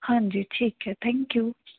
ਹਾਂਜੀ ਠੀਕ ਹੈ ਥੈਂਕ ਯੂ